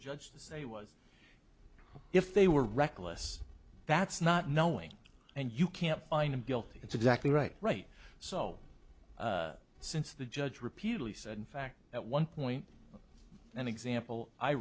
judge to say was if they were reckless that's not knowing and you can't find him guilty it's exactly right right so since the judge repeatedly said in fact at one point and example i